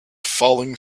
falling